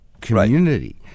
community